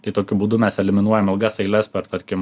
tai tokiu būdu mes eliminuojam ilgas eiles per tarkim